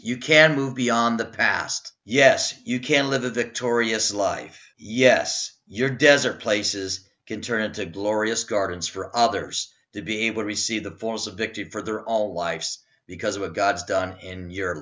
you can move beyond the past yes you can live a victorious life yes your desert places can turn into glorious gardens for others to be able to see the force of victory for their own life's because with god's done in your